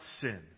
sin